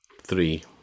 Three